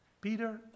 Peter